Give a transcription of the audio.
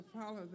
follow